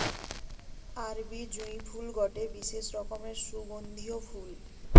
আরবি জুঁই ফুল গটে বিশেষ রকমের সুগন্ধিও ফুল